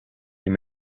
and